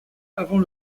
avant